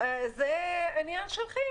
זה עניין של חיים.